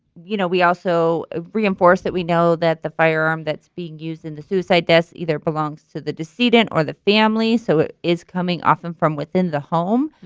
you know we also reinforce that we know that the firearm that's being used in the suicide deaths either belongs to the decedent or the family. so it is coming often from within the home.